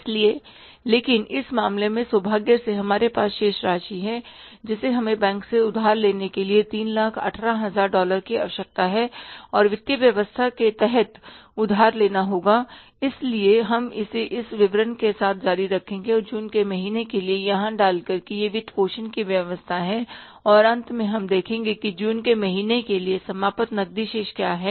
इसलिए लेकिन इस मामले में सौभाग्य से हमारे पास शेष राशि है जिससे हमें बैंक से उधार लेने के लिए 318000 डॉलर की आवश्यकता है और वित्तीय व्यवस्था के तहत उधार लेना होगा इसलिए हम इसे इस विवरण के साथ जारी रखेंगे और जून के महीने के लिए यहां डालकर कि यह वित्तपोषण की व्यवस्था है और अंत में हम देखेंगे कि जून के महीने के लिए समापन नकदी शेष क्या है